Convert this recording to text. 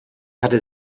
hatte